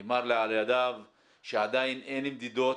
נאמר לי על ידו שעדיין אין מדידות